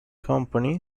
company